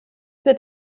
wird